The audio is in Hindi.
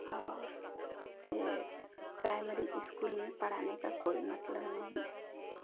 और यह प्राइमरी स्कूल में पढ़ने का कोई मतलब नहीं